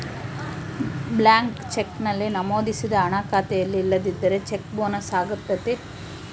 blank cheque ನಲ್ಲಿ ನಮೋದಿಸಿದ ಹಣ ಖಾತೆಯಲ್ಲಿ ಇಲ್ಲದಿದ್ದರೆ ಚೆಕ್ ಬೊನ್ಸ್ ಅಗತ್ಯತೆ